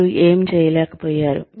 మీరు ఏమి చేయలేకపోయారు